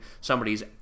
somebody's